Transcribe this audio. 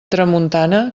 tramuntana